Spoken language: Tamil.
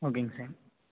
ஓகேங்க சார்